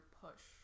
push